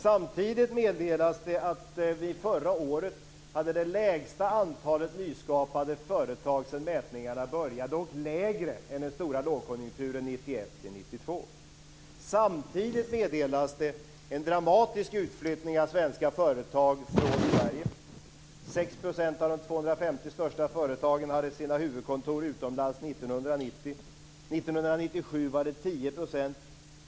Samtidigt meddelas det att vi förra året hade det lägsta antalet nyskapande företag sedan mätningarna började, och lägre än den stora lågkonjunkturen 1991-1992. Samtidigt meddelas en dramatisk utflyttning av svenska företag från Sverige. 6 % av de 250 största företagen hade sina huvudkontor utomlands 1990. 1997 var det 10 %.